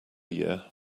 year